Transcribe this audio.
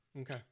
Okay